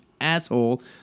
asshole